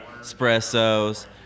espressos